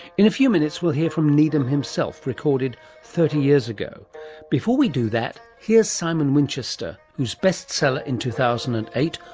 in a few minutes we'll hear from needham himself, recorded thirty years ago. but before we do that, here's simon winchester, whose best seller in two thousand and eight,